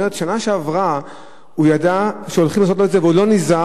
היא אמרה: בשנה שעברה הוא ידע שהולכים לעשות לו את זה והוא לא נזהר,